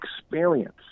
experience